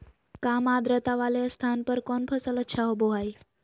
काम आद्रता वाले स्थान पर कौन फसल अच्छा होबो हाई?